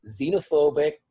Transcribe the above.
xenophobic